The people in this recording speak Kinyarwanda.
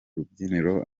rubyiniro